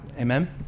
Amen